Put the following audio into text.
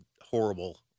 horrible –